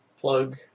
plug